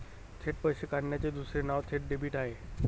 थेट पैसे काढण्याचे दुसरे नाव थेट डेबिट आहे